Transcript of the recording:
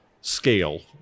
scale